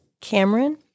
Cameron